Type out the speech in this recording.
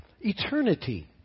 eternity